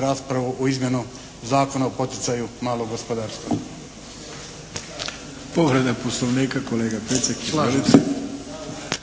raspravu o izmjenu Zakona o poticaju malog gospodarstva. **Arlović, Mato (SDP)**